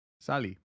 Sally